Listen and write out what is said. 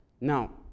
Now